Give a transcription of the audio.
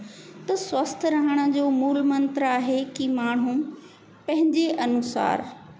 त स्वस्थ रहण जो मूल मंत्र आहे की माण्हू पंहिंजे अनुसारु